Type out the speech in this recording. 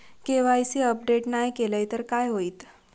KYC update नाय केलय तर काय होईत?